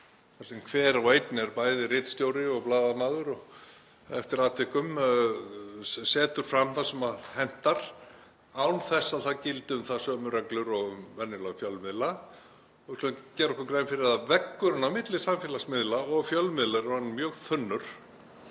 þar sem hver og einn er bæði ritstjóri og blaðamaður og, eftir atvikum, setur fram það sem hentar án þess að það gildi um það sömu reglur og venjulega fjölmiðla. Við skulum gera okkur grein fyrir að veggurinn á milli samfélagsmiðla og fjölmiðla er orðinn mjög þunnur